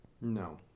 no